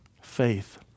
faith